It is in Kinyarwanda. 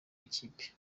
ikipe